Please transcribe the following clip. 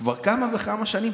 כבר כמה וכמה שנים.